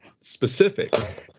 specific